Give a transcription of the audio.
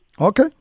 Okay